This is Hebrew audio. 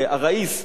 הראיס,